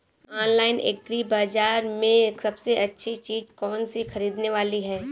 Online agri बाजार में सबसे अच्छी चीज कौन सी ख़रीदने वाली है?